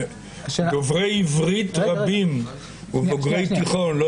דוברי עברית רבים או בוגרי תיכון או